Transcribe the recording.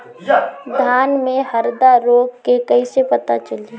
धान में हरदा रोग के कैसे पता चली?